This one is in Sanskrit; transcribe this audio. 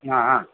हा हा